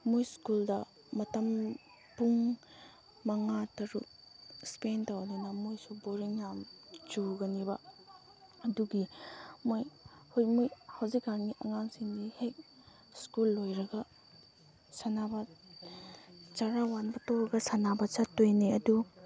ꯃꯣꯏ ꯁ꯭ꯀꯨꯜꯗ ꯃꯇꯝ ꯄꯨꯡ ꯃꯉꯥ ꯇꯔꯨꯛ ꯏꯁꯄꯦꯟ ꯇꯧꯗꯅ ꯃꯣꯏꯁꯨ ꯕꯣꯔꯤꯡ ꯌꯥꯝ ꯆꯨꯒꯅꯤꯕ ꯑꯗꯨꯒꯤ ꯃꯣꯏ ꯍꯣꯏ ꯃꯣꯏ ꯍꯧꯖꯤꯛꯀꯥꯟꯒꯤ ꯑꯉꯥꯡꯁꯤꯡꯗꯤ ꯍꯦꯛ ꯁ꯭ꯀꯨꯜ ꯂꯣꯏꯔꯒ ꯁꯥꯟꯅꯕ ꯆꯔꯥ ꯋꯥꯟꯕ ꯇꯣꯛꯂꯒ ꯁꯥꯟꯅꯕ ꯆꯠꯇꯣꯏꯅꯦ ꯑꯗꯨ